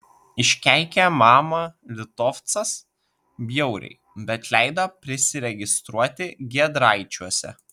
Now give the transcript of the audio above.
iškeikė mamą litovcas bjauriai bet leido prisiregistruoti giedraičiuose